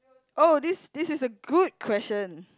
oh this this is a good question